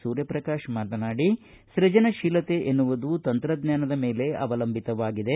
ಸೂರ್ಯಪ್ರಕಾಶ್ ಮಾತನಾಡಿ ಸೃಜನಶೀಲತೆ ಎನ್ನುವುದು ತಂತ್ರಜ್ಞಾನದ ಮೇಲೆ ಅವಲಂಬಿತವಾಗಿದೆ